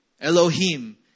Elohim